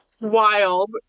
Wild